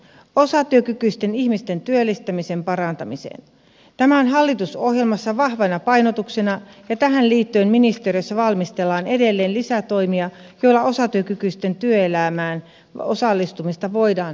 osatyökykyisten ihmisten työllistämisen parantaminen on hallitusohjelmassa vahvana painotuksena ja tähän liittyen ministeriössä valmistellaan edelleen lisätoimia joilla osatyökykyisten työelämään osallistumista voidaan vahvistaa